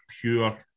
pure